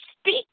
speak